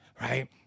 right